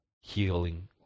healing